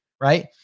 right